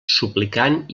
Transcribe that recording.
suplicant